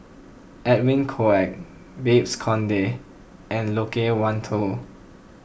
Edwin Koek Babes Conde and Loke Wan Tho